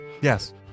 Yes